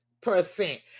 percent